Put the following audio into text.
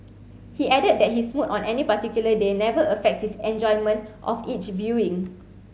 he added that his mood on any particular day never affects his enjoyment of each viewing